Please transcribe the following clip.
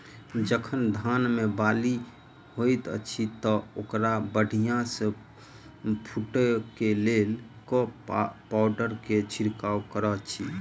जखन धान मे बाली हएत अछि तऽ ओकरा बढ़िया सँ फूटै केँ लेल केँ पावडर केँ छिरकाव करऽ छी?